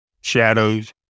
shadows